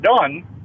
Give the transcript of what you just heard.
done